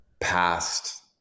past